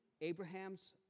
Abraham's